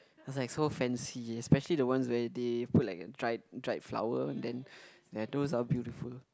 was like so fancy especially the ones where they put like dried dried flower then ya those are beautiful